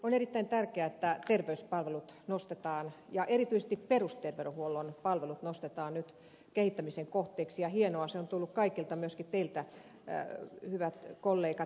on erittäin tärkeää että terveyspalvelut ja erityisesti perusterveydenhuollon palvelut nostetaan nyt kehittämisen kohteeksi ja hienoa että se on tullut kaikilta myöskin teiltä hyvät kollegat